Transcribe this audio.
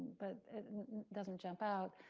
but it doesn't jump out.